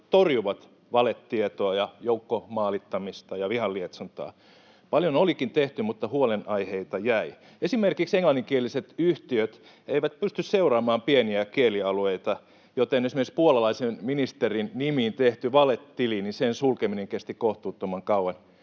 torjuvat valetietoa ja joukkomaalittamista ja vihan lietsontaa. Paljon olikin tehty, mutta huolenaiheita jäi. Esimerkiksi englanninkieliset yhtiöt eivät pysty seuraamaan pieniä kielialueita, joten esimerkiksi puolalaisen ministerin nimiin tehdyn valetilin sulkeminen kesti kohtuuttoman kauan,